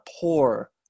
poor